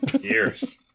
Years